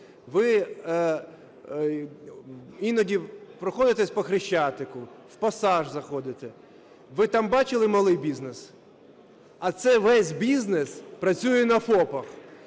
Ви іноді проходитесь по Хрещатику, в Пасаж заходите. Ви там бачили малий бізнес? А це весь бізнес працює на ФОПах,